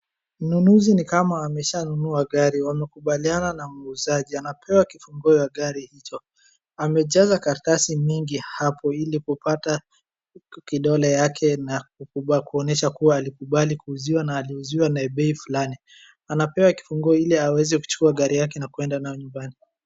Mnunuzi ni kama ameshanunua gari, wamekubaliana na muuzaji, anapewa kifunguo ya gari hicho. Amejaza karatasi nyingi hapo ili kupata kidole yake na kuonyesha kuwa alikubali kuuziwa na aliuziwa na bei fulani. Anapewa kifunguo hili aweze kuchukua gari yake na kueda nayo nyumbani.